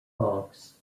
fox